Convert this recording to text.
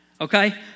okay